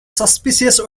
suspicious